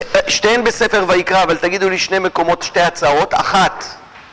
שתיהן בספר ויקרא, אבל תגידו לי שני מקומות, שתי הצעות, אחת